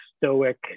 stoic